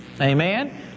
Amen